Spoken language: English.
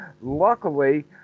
Luckily